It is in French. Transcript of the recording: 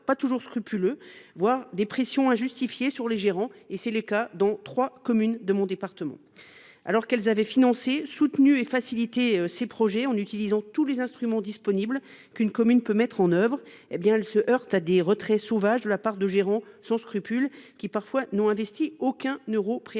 pas toujours scrupuleux, voire à des pressions injustifiées sur les gérants. C’est le cas dans trois communes de mon département. Alors qu’elles avaient financé, soutenu et facilité ces projets en utilisant tous les instruments disponibles qu’une commune peut mettre en œuvre, elles se heurtent à des retraits sauvages de la part de gérants sans scrupules, qui n’ont parfois investi aucun euro préalablement.